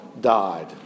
died